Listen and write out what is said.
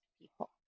people